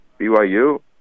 BYU